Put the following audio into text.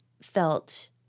felt